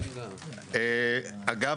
אגב,